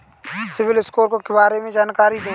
CIBIL score के बारे में जानकारी दें?